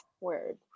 Word